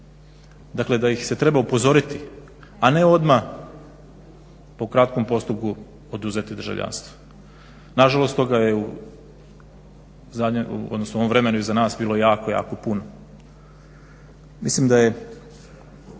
da ih se treba upozoriti, a ne odmah po kratkom postupku oduzeti državljanstvo. Nažalost, toga je u ovom vremenu iza nas bilo jako, jako puno. Mislim da je